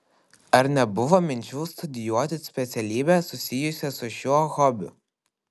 ar nebuvo minčių studijuoti specialybę susijusią su šiuo hobiu